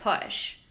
push